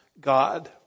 God